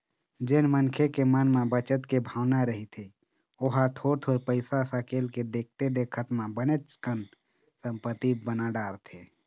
जेन मनखे के मन म बचत के भावना रहिथे ओहा थोर थोर पइसा सकेल के देखथे देखत म बनेच कन संपत्ति बना डारथे